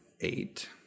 eight